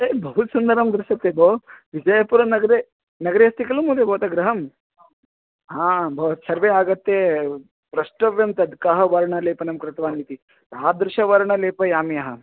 त बहु सुन्दरं दृश्यते भो विजयपुरनगरे नगरे अस्ति खलु महोदय भवतः गृहं हा भवन्तः सर्वे आगत्य प्रष्टव्यं तद् कः वर्णलेपनं कृतवान् इति तादृशवर्णं लेपयामि अहं